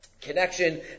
connection